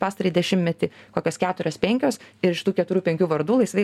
pastarąjį dešimtmetį kokios keturios penkios ir iš tų keturių penkių vardų laisvai